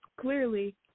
clearly